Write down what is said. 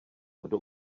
kdo